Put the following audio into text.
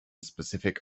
specific